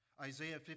Isaiah